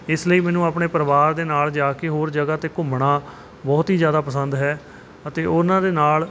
ਇਸ ਲਈ ਮੈਨੂੰ ਆਪਣੇ ਪਰਿਵਾਰ ਦੇ ਨਾਲ ਜਾ ਕੇ ਹੋਰ ਜਗ੍ਹਾ 'ਤੇ ਘੁੰਮਣਾ ਬਹੁਤ ਹੀ ਜ਼ਿਆਦਾ ਪਸੰਦ ਹੈ ਅਤੇ ਉਹਨਾਂ ਦੇ ਨਾਲ